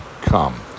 come